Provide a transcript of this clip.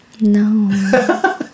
No